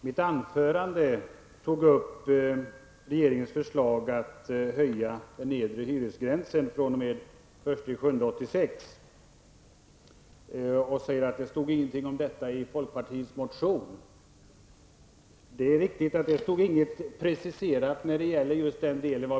Herr talman! Tore Claeson uttrycker viss förvåning över att jag i mitt anförande tog upp regeringens förslag att höja den nedre hyresgränsen fr.o.m. den 1 juli 1986. Han säger att det inte stod någonting om detta i folkpartiets motion. Det är riktigt att det inte där fanns något preciserat vad gäller just den delen.